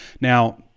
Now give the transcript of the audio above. Now